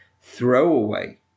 throwaway